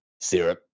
Syrup